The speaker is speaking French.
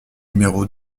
numéro